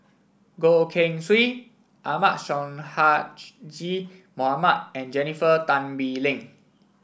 Goh Keng Swee Ahmad Mohamad and Jennifer Tan Bee Leng